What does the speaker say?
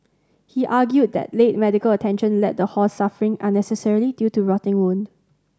he argued that late medical attention led the horse suffering unnecessarily due to rotting wound